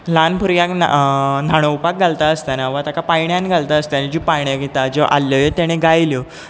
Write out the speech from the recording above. ल्हान भुरग्याक न्हा न्हांणोवपाक घालता आसताना वा ताका पाळण्यांत घातला आसताना जीं पाळण्या गितां ज्यो आल्लयो तिणें गायल्यो